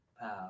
Pow